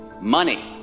money